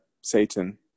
Satan